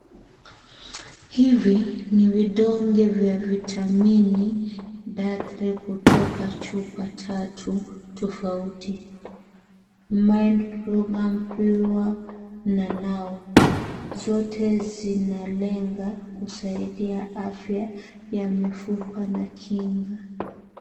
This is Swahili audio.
Hivi ni vidonge vya vitamini D3 kutoka chupa tatu tofauti. Mind programme pure na NAO zote zinalenga kusaidia afya ya mifupa na kinga.